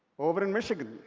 over in michigan,